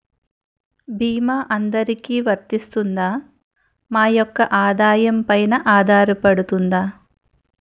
భీమా అందరికీ వరిస్తుందా? మా యెక్క ఆదాయం పెన ఆధారపడుతుందా?